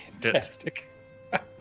Fantastic